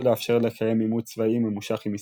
לאפשר לקיים עימות צבאי ממושך עם ישראל.